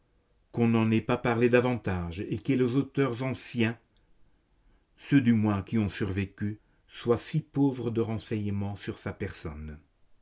qu'on n'en ait pas parlé davantage et que les auteurs anciens ceux du moins qui ont survécu soient si pauvres de renseignements sur sa personne